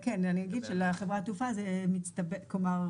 לגבי חברת התעופה זה מצטבר.